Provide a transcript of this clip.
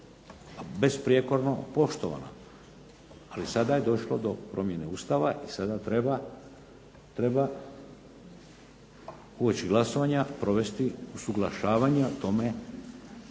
besprijekorno poštovana, ali sada je došlo do promjene Ustava i sada treba uoči glasovanja provesti usuglašavanje o tome